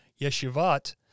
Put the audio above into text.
yeshivat